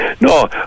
No